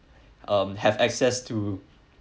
um have access to